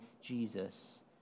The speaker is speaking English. Jesus